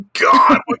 god